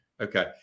Okay